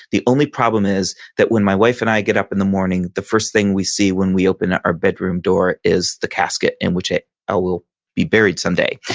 the only problem is that when my wife and i get up in the morning the first thing we see when we open up our bedroom door is the casket. and which i ah will be buried some day.